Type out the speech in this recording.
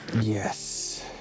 Yes